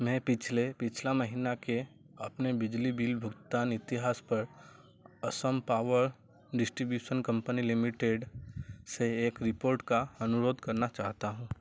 मैं पिछले पिछला महीना के अपने बिजली बिल भुगतान इतिहास पर Assam power distribution company limited से एक रिपोर्ट का अनुरोध करना चाहता हूँ